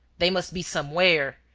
they must be somewhere.